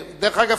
דרך אגב,